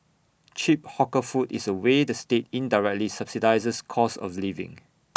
cheap hawker food is A way the state indirectly subsidises cost of living